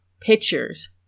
pictures